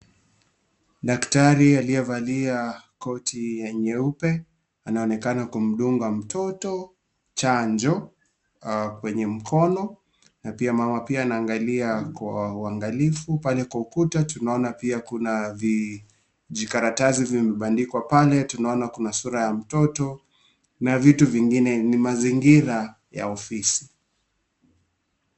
Daktari aliyevalia koti ya nyeupe anaonekana kumdunga mtoto chanjo kwenye mkono na pia mama pia anaangalia Kwa uangalifu . Pale kwa ukuta tunaona pia kuna vijikaratasi vimepandikwa pale, tunaona kuna sura ya mtoto na vitu vingine. Ni mazingira ya ofisi.